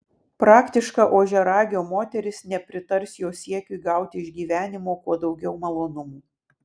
praktiška ožiaragio moteris nepritars jo siekiui gauti iš gyvenimo kuo daugiau malonumų